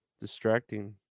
distracting